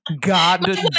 God